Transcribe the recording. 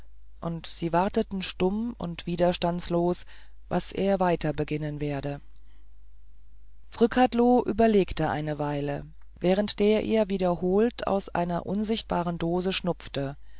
und sie warteten stumm und widerstandslos was er weiter beginnen werde zrcadlo überlegte eine weile während der er wiederholt aus einer unsichtbaren dose schnupfte